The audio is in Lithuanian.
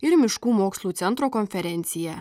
ir miškų mokslų centro konferencija